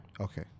Okay